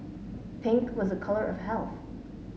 pink was a colour of health